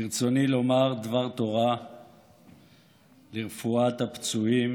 ברצוני לומר דבר תורה לרפואת הפצועים